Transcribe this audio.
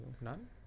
None